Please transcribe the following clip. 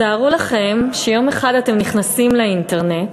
תתארו לכם שיום אחד אתם נכנסים לאינטרנט,